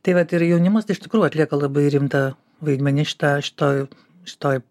tai vat ir jaunimas tai iš tikrųjų atlieka labai rimtą vaidmenį šitą šitoj šitoj